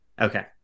Okay